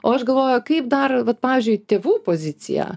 o aš galvoju kaip dar vat pavyzdžiui tėvų pozicija